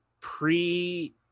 pre